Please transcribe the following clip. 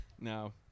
no